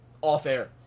off-air